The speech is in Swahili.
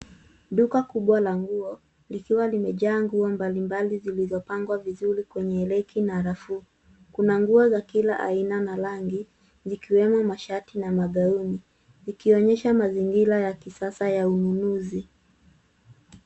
Duka kubwa la nguo likiwa limejaa nguo mbalimbali zilizopangwa vizuri kwenye reki na rafu. Kuna nguo za kila aina na rangi zikiwemo mashati na magauni vikionyesha mazingira ya kisasa ya ununuzi.